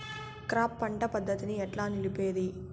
Crop పంట పద్ధతిని ఎట్లా నిలిపేది?